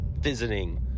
visiting